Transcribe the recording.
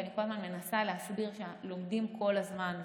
ואני כל הזמן מנסה להסביר שלומדים כל הזמן,